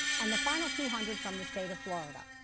and the final two hundred from the state of florida.